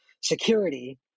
security